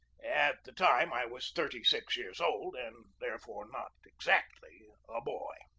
at the time i was thirty-six years old, and there fore not exactly a boy.